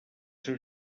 seus